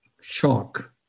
shock